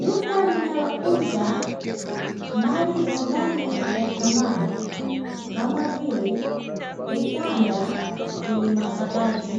Duka linalouza mali za ndani za samani kama vike vitanda vyenye makabati